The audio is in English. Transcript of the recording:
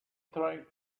trying